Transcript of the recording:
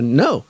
no